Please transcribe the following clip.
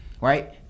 right